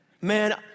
Man